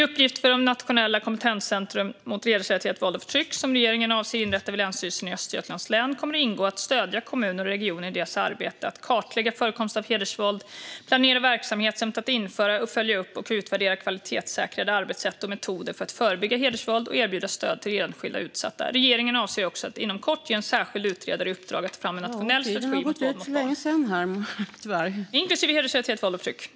I uppgifterna för det nationella kompetenscentrum mot hedersrelaterat våld och förtryck som regeringen avser att inrätta vid Länsstyrelsen i Östergötlands län kommer det att ingå att stödja kommuner och regioner i deras arbete med att kartlägga förekomst av hedersvåld och planera verksamhet samt att införa, följa upp och utvärdera kvalitetssäkrade arbetssätt och metoder för att förebygga hedersvåld och erbjuda stöd till enskilda utsatta. Regeringen avser också att inom kort ge en särskild utredare i uppdrag att ta fram en nationell strategi mot våld mot barn, inklusive hedersrelaterat våld och förtryck.